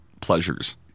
pleasures